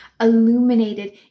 illuminated